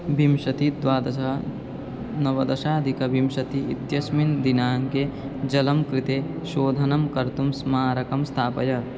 विशतिः द्वादश नवदशाधिकविंशतिः इत्यस्मिन् दिनाङ्के जलं कृते शोधनं कर्तुं स्मारकं स्थापय